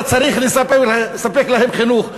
אתה צריך לספק להם חינוך,